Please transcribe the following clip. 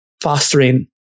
fostering